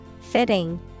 Fitting